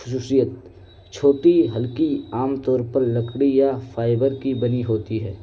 خصوصیت چھوٹی ہلکی عام طور پر لکری یا فائبر کی بنی ہوتی ہے